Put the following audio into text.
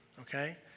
okay